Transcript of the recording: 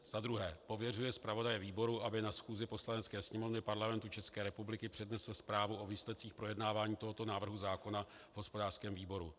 II. pověřuje zpravodaje výboru, aby na schůzi Poslanecké sněmovny Parlamentu České republiky přednesl zprávu o výsledcích projednávání tohoto návrhu zákona v hospodářském výboru;